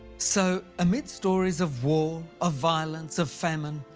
so amidst stories of war, of violence, of famine,